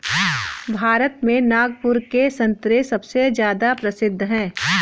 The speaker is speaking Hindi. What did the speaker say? भारत में नागपुर के संतरे सबसे ज्यादा प्रसिद्ध हैं